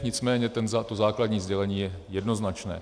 Nicméně to základní sdělení je jednoznačné.